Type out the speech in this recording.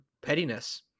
pettiness